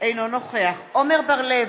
אינו נוכח עמר בר-לב,